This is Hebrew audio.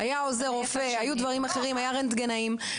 היה עוזר רופא, היו דברים אחרים, היו רנטגנאים.